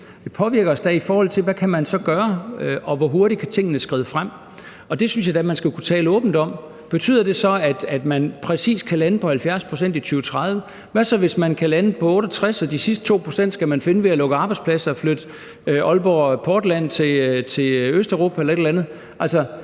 Det påvirker os da, i forhold til hvad man så kan gøre, og hvor hurtigt tingene kan skride frem. Og det synes jeg da, at man skal kunne tale åbent om. Betyder det så, at man præcis kan lande på 70 pct. i 2030? Hvad så, hvis man kan lande på 68 pct. og de sidste 2 pct. skal findes ved at lukke arbejdspladser og flytte Aalborg Portland til Østeuropa